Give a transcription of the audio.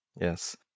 Yes